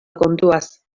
kontuaz